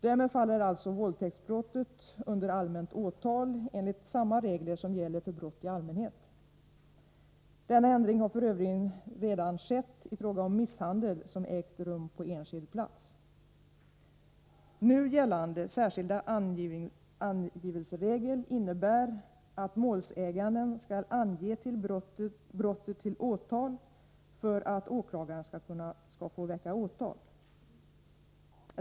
Därmed faller alltså våldtäktsbrottet under allmänt åtal enligt samma regler som gäller för brott i allmänhet. Denna ändring har f. ö. redan skett i fråga om misshandel som ägt rum på enskild plats. Nu gällande särskilda angivelseregel innebär att målsäganden måste ange brottet till åtal för att åklagaren skall få väcka åtal.